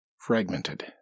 fragmented